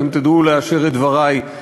אתם תדעו לאשר את דברי,